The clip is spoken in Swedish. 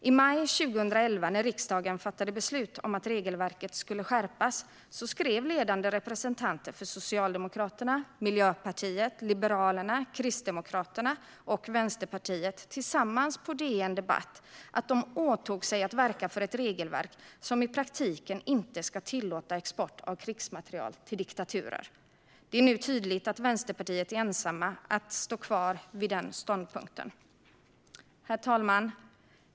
I maj 2011, när riksdagen fattade beslut om att regelverket skulle skärpas, skrev ledande representanter för Socialdemokraterna, Miljöpartiet, Liberalerna, Kristdemokraterna och Vänsterpartiet tillsammans på DN Debatt att de åtog sig att verka för ett regelverk som i praktiken inte ska tillåta export av krigsmateriel till diktaturer. Det är nu tydligt att Vänsterpartiet är ensamma om att stå kvar vid den ståndpunkten. Herr talman!